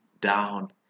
down